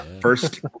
first